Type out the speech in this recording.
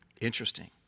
Interesting